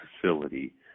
facility